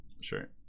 sure